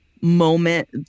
moment